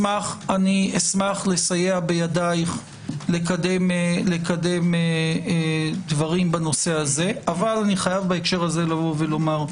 אשמח לסייע בידיך לקדם דברים בנושא זה אבל אני חייב בהקשר הזה לומר: